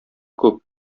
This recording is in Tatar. күп